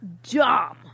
job